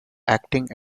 acting